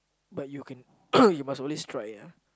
but you can you must always try ah